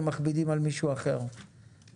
בוקר טוב לכולם,